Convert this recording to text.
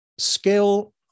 skill